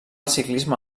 ciclisme